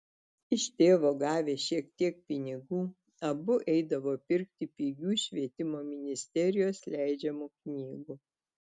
iš tėvo gavę šiek tiek pinigų abu eidavo pirkti pigių švietimo ministerijos leidžiamų knygų